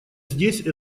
здесь